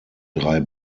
drei